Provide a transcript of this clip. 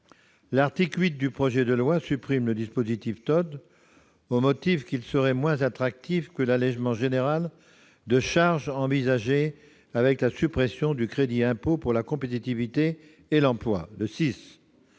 L'article 8 du projet de loi supprime ce dispositif TO-DE au motif qu'il serait moins attractif que l'allégement général de charges envisagé avec la suppression du crédit d'impôt pour la compétitivité et l'emploi, le